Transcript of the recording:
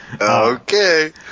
Okay